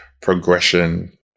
progression